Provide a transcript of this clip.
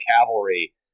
cavalry